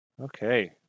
Okay